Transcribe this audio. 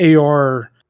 AR